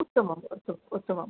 उत्तमम् अस्तु उत्तमम्